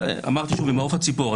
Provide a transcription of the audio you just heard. אמרתי ממעוף הציפור,